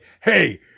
hey